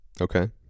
Okay